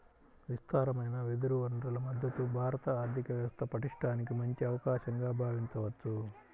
విస్తారమైన వెదురు వనరుల మద్ధతు భారత ఆర్థిక వ్యవస్థ పటిష్టానికి మంచి అవకాశంగా భావించవచ్చు